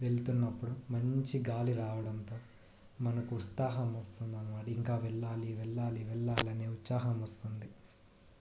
వెళ్తున్నప్పుడు మంచి గాలి రావడంతో మనకు ఉత్సాహము వస్తుంది అన్నమాట ఇంకా వెళ్ళాలి వెళ్ళాలి వెళ్ళాలని ఉత్సాహం వస్తుంది